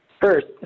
First